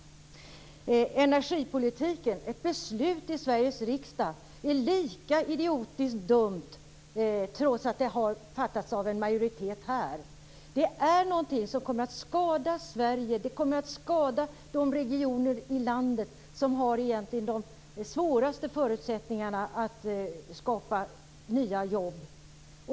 Beslutet i Sveriges riksdag om energipolitiken är lika idiotiskt trots att det har fattats av en majoritet. Det är någonting som kommer att skada Sverige. Det kommer att skada de regioner i landet som egentligen har de svåraste förutsättningarna att skapa nya jobb.